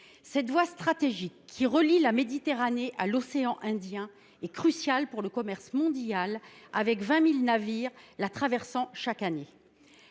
Cette voie stratégique, qui relie la Méditerranée à l’océan Indien, est cruciale pour le commerce mondial, quelque 20 000 navires la traversant chaque année.